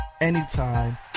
anytime